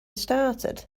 started